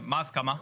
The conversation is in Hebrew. מה ההסכמה?